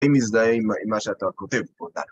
אם נזדהה עם מה שאתה כותב פה.